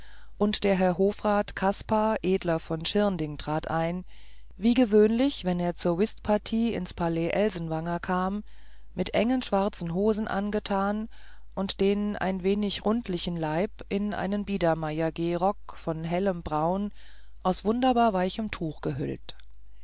und der herr hofrat kaspar edler von schirnding trat ein wie gewöhnlich wenn er zur whistpartie ins palais elsenwanger kam mit engen schwarzen hosen angetan und den ein wenig rundlichen leib in einen biedermeiergehrock von hellem braun aus wunderbar weichem tuch gehüllt